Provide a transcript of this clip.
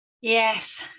Yes